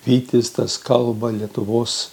vytis tas kalba lietuvos